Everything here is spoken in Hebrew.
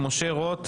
משה רוט,